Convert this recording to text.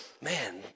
man